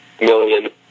million